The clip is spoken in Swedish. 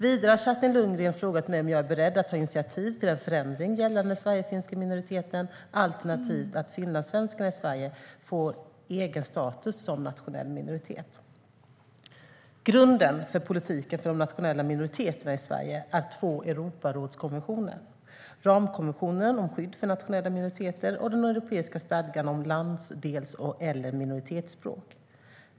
Vidare har Kerstin Lundgren frågat mig om jag är beredd att ta initiativ till en förändring gällande den sverigefinska minoriteten, alternativt att finlandssvenskarna i Sverige får egen status som nationell minoritet. Grunden för politiken för de nationella minoriteterna i Sverige är två Europarådskonventioner: ramkonventionen om skydd för nationella minoriteter och den europeiska stadgan om landsdels eller minoritetsspråk.